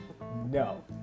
no